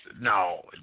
No